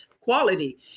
quality